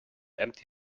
empty